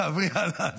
תעברי הלאה.